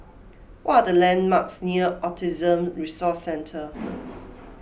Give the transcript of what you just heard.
what are the landmarks near Autism Resource Centre